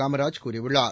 காமராஜ் கூறியுள்ளார்